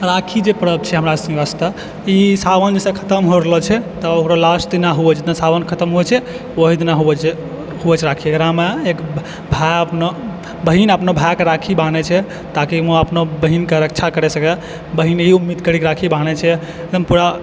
राखी जे परब छै हमरा सभके ओतय ई सावन जहियासँ खतम हो रहलऽ छै तऽ ओकरा लास्ट दिना हुवऽ छै जाइ दिन सावन खतम होरहलऽ छै ओहि दिन होवे छै होवे छै राखी एकरामे एक भाय अपना बहिन अपना भायके राखी बान्है छै ताकि ओ अपना बहिनके रक्षा करि सकै बहिन ई उम्मीद करिकऽ बान्है छै एकदम पूरा